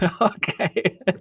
Okay